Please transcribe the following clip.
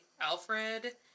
Alfred